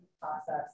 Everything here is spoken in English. process